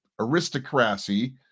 aristocracy